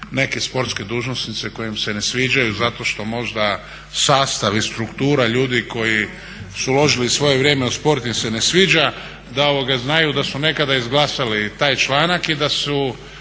neke sportske dužnosnice koje im se ne sviđaju zato što možda sastav i struktura ljudi koji su uložili svoje vrijeme u sport im se ne sviđa da znaju da su nekada izglasali taj članak i da su